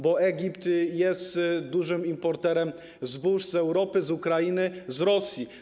Bo Egipt jest dużym importerem zbóż z Europy, z Ukrainy, z Rosji.